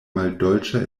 maldolĉa